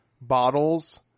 bottles